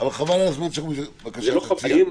אבל חבל על הזמן בבקשה, תציע.